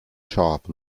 sharp